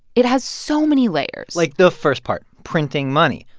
it has so many layers like the first part printing money.